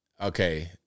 Okay